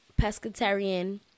pescatarian